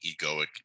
egoic